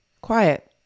quiet